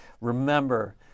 remember